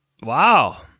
Wow